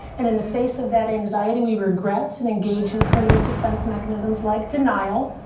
and in the face of that anxiety, we regress and engage in primitive defense mechanisms like denial,